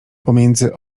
pomiędzy